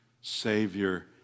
Savior